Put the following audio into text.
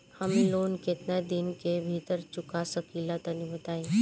हम लोन केतना दिन के भीतर चुका सकिला तनि बताईं?